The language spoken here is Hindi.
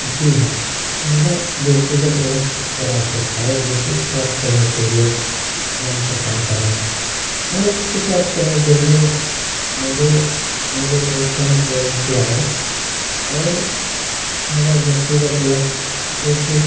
जी हाँ मेरा व्यक्तिगत लक्ष्य और आकांक्षायें जैसे प्राप्त करने के लिए मन पर काम कर रहा हूँ लक्ष्य को प्राप्त करने के लिए मुझे मेरे दोस्तों ने प्रेरित किया है और मेरा व्यक्तिगत लक्ष्य एक